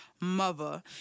Mother